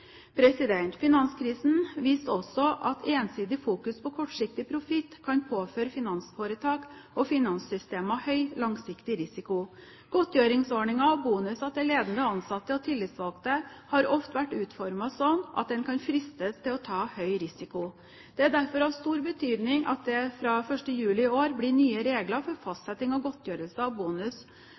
Finanskrisen viste også at ensidig fokus på kortsiktig profitt kan påføre finansforetak og finanssystemet høy langsiktig risiko. Godtgjøringsordninger og bonuser til ledende ansatte og tillitsvalgte har ofte vært utformet slik at en kan fristes til å ta høy risiko. Det er derfor av stor betydning at det fra 1. juli i år blir nye regler for fastsetting av